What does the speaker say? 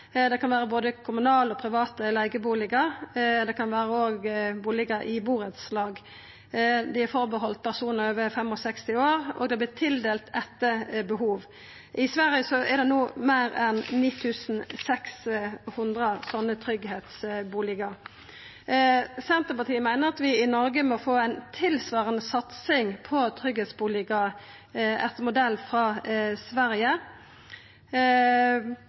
og det kan vera bustader i burettslag. Dei er reserverte for personar over 65 år, og dei vert tildelte etter behov. I Sverige er det no meir en 9 600 slike tryggleiksbustader. Senterpartiet meiner at vi i Noreg må få ei tilsvarande satsing på tryggleiksbustader – etter modell frå Sverige.